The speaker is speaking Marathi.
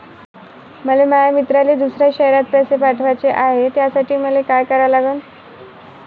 मले माया मित्राले दुसऱ्या शयरात पैसे पाठवाचे हाय, त्यासाठी मले का करा लागन?